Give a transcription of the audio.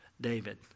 David